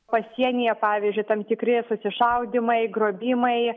pasienyje pavyzdžiui tam tikri susišaudymai grobimai